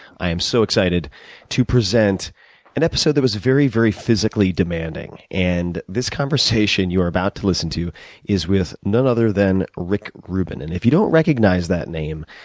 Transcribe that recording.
i am so excited to present an episode that was very, very physically demanding, and this conversation that you are about to listen to is with none other than rick rubin. and, if you don't recognize that name,